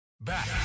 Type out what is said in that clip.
Back